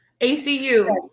ACU